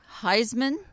Heisman